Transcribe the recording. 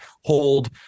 hold